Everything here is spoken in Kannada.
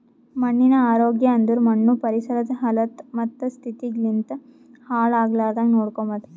ಮಣ್ಣಿನ ಆರೋಗ್ಯ ಅಂದುರ್ ಮಣ್ಣು ಪರಿಸರದ್ ಹಲತ್ತ ಮತ್ತ ಸ್ಥಿತಿಗ್ ಲಿಂತ್ ಹಾಳ್ ಆಗ್ಲಾರ್ದಾಂಗ್ ನೋಡ್ಕೊಮದ್